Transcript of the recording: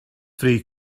free